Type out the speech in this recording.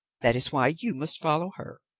that is why you must follow her.